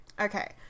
Okay